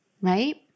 Right